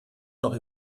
noch